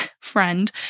friend